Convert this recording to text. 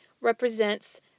represents